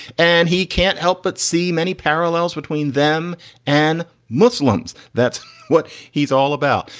and he can't help but see many parallels between them and muslims. that's what he's all about.